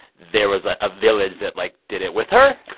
there was a ah village that, like, did it with her.